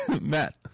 Matt